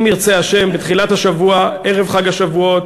אם ירצה השם, בתחילת השבוע, ערב חג השבועות,